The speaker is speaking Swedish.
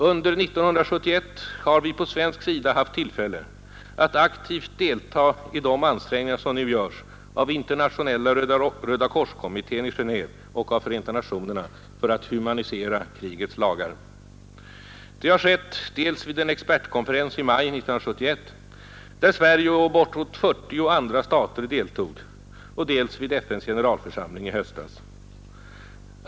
Under 1971 har vi på svensk sida haft tillfälle att aktivt delta i de ansträngningar som nu göres av Internationella rödakorskommittén i Genéve och av FN för att humanisera krigets lagar. Det har skett dels vid en expertkonferens i maj 1971, där Sverige och bortåt 40 andra stater deltog, dels vid FN:s generalförsamling i höstas.